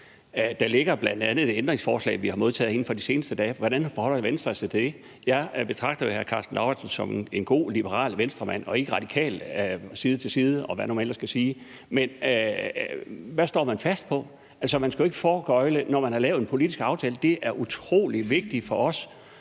Der ligger bl.a. et ændringsforslag, vi har modtaget inden for de seneste dage. Hvordan forholder Venstre sig til det? Jeg betragter hr. Karsten Lauritzen som en god liberal Venstremand og ikke til den radikale side, og hvad man ellers kan sige. Men hvad står man fast på? Altså, man skal jo ikke foregøgle nogen noget, når man har lavet en politisk aftale. Det er utrolig vigtigt for os